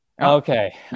Okay